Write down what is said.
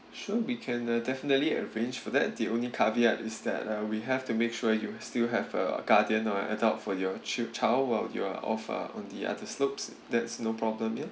sure we can uh definitely arrange for that the only caveat is that uh we have to make sure you will still have a guardian or an adult for your child~ child while you are off uh on the other slopes that's no problem ya